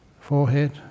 forehead